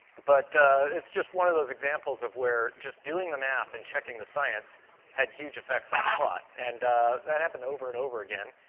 but it's just one of those examples of where just doing the math and checking the science had huge effects on the plot. and that happened over and over again.